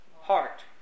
heart